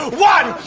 one!